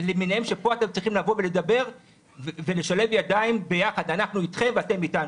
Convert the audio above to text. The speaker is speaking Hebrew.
שפה אתם צריכים לבוא ולדבר ולשלב ידיים יחד אנחנו אתכם ואתם אתנו.